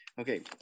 Okay